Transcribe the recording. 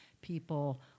people